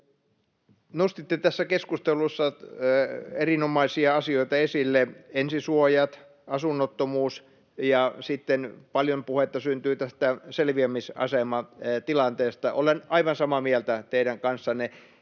Nostitte tässä keskustelussa erinomaisia asioita esille: ensisuojat, asunnottomuus, ja sitten paljon puhetta syntyi tästä selviämisasematilanteesta. Olen aivan samaa mieltä teidän kanssanne.